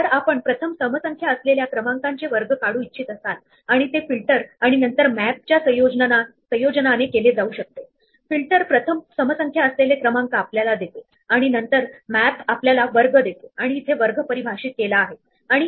जेव्हा आपण element stack वर पुश करतो तेव्हा आपण तो एलिमेंट स्टॅक वर शेवटी टाकत करतो आणि जेव्हा आपण पॉप करतो तेव्हा नक्कीच आपल्याला शेवटी जी व्हॅल्यू टाकलेली केलेली असते तीच मिळते